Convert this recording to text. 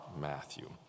Matthew